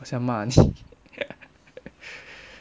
想骂你